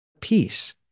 peace